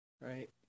Right